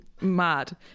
mad